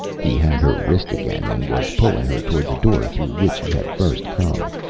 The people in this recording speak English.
he had her wrist again and was pulling her toward the door through which he had first come.